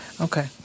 Okay